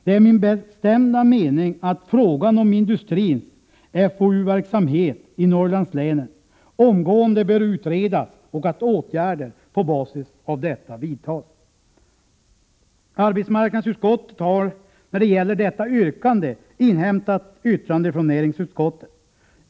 Det är min bestämda mening att frågan om industrins FoU verksamhet i Norrlandslänen omgående bör utredas och åtgärder vidtas på basis av detta. Arbetsmarknadsutskottet har när det gäller detta yrkande inhämtat yttrande från näringsutskottet.